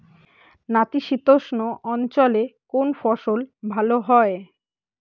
নাতিশীতোষ্ণ অঞ্চলে কোন ফসল ভালো হয়?